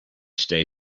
stay